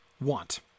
want